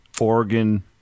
Oregon